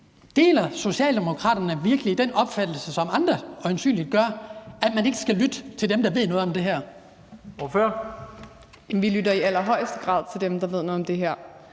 Deler Socialdemokraterne virkelig den opfattelse, som andre øjensynligt gør, at man ikke skal lytte til dem, der ved noget om det her? Kl. 17:08 Første næstformand (Leif Lahn